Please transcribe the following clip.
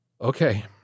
Okay